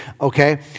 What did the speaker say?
Okay